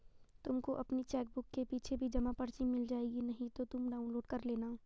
तुमको अपनी चेकबुक के पीछे भी जमा पर्ची मिल जाएगी नहीं तो तुम डाउनलोड कर लेना